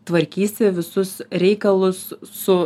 tvarkysi visus reikalus su